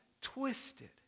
twisted